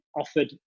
offered